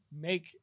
make